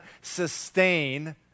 sustain